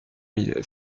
mille